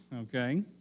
okay